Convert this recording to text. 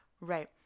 Right